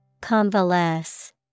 Convalesce